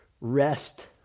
Rest